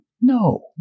No